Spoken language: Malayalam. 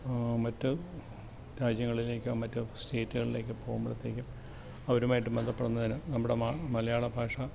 മറ്റ് രാജ്യങ്ങളിലേക്കൊ മറ്റ് സ്റ്റേയ്റ്റ്കളിലേക്കൊ പോകുമ്പോളത്തേക്കും അവരുമായിട്ട് ബന്ധപ്പെടുന്നതിന് നമ്മുടെ മ മലയാളഭാഷ